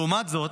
לעומת זאת,